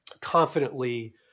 confidently